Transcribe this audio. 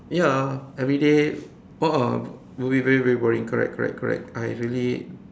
ya everyday a'ah will be very very boring correct correct uh it's really